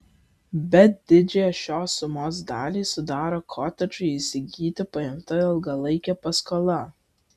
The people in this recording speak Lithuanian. bet didžiąją šios sumos dalį sudaro kotedžui įsigyti paimta ilgalaikė paskola